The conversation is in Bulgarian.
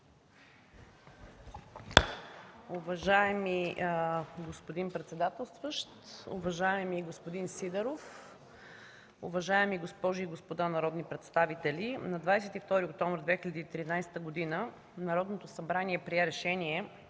Уважаеми господин председателстващ, уважаеми господин Сидеров, уважаеми госпожи и господа народни представители! На 22 октомври 2013 г. Народното събрание прие решение,